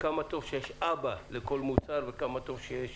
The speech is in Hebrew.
כמה טוב שיש אבא לכל מוצר וכמה טוב שיש